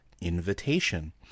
invitation